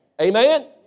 Amen